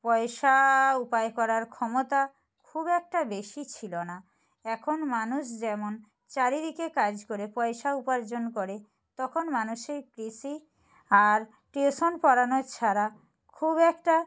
পয়সা উপায় করার ক্ষমতা খুব একটা বেশি ছিলো না এখন মানুষ যেমন চারিদিকে কাজ কোরে পয়সা উপার্জন করে তখন মানুষের কৃষি আর টিউশন পড়ানো ছাড়া খুব একটা